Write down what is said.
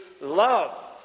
Love